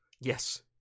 Yes